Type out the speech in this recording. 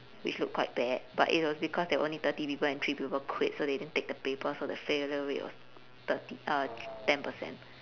which looked quite bad but it was because there were only thirty people and three people quit so they didn't take the paper so the failure rate was thirty uh ten percent